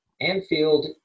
Anfield